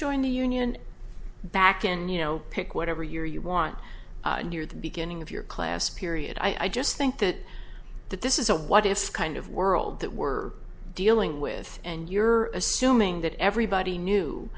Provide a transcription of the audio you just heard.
join the union back and you know pick whatever year you want near the beginning of your class period i just think that that this is a what if kind of world that we're dealing with and you're assuming that everybody knew